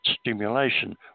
stimulation